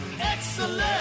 Excellent